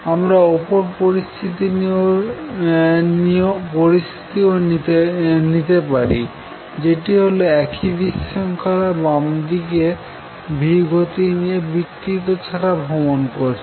আমরা অপর পরিস্থিতিও নিতে পারি যেটি হল একই বিশৃঙ্খলা বামদিকে v গতি নিয়ে বিকৃত ছাড়া ভ্রমন করছে